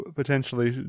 potentially